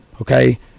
okay